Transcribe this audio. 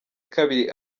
kabiri